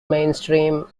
mainstream